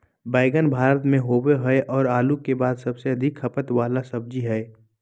बैंगन भारत में होबो हइ और आलू के बाद सबसे अधिक खपत वाला सब्जी हइ